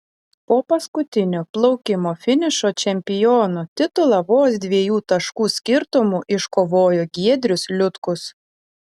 po paskutinio plaukimo finišo čempiono titulą vos dviejų taškų skirtumu iškovojo giedrius liutkus